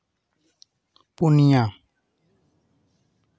ᱯᱩᱱᱭᱟᱹ